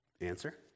Answer